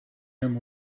him